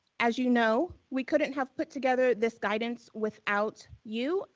as you know, we couldn't have put together this guidance without you,